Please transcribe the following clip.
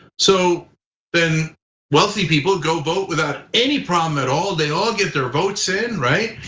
so then wealthy people go vote without any problem at all, they all get their votes in, right?